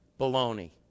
Baloney